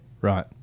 Right